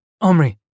Omri